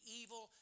evil